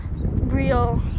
real